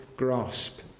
grasp